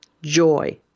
Joy